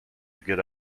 good